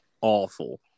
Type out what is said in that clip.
awful